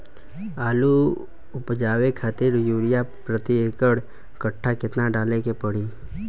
आलू उपजावे खातिर यूरिया प्रति एक कट्ठा केतना डाले के पड़ी?